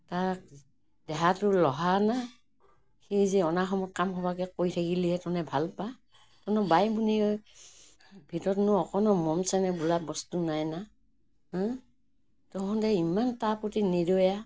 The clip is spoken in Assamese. তাক দেহাটো লহা না সি যে অনা সময়ত কামসোপাকে কৰি থাকিলেহে তহঁতে ভাল পাৱ তহঁত বাই ভনী ভিতৰতনো অকণো মৰম চেনেহ বোলা বস্তু নাই না তহঁতে ইমান তাৰ প্ৰতি নিৰ্দয়া